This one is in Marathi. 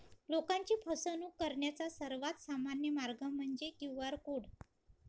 लोकांची फसवणूक करण्याचा सर्वात सामान्य मार्ग म्हणजे क्यू.आर कोड